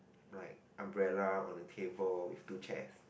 bright umbrella on the table and two chairs